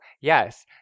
yes